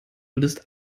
würdest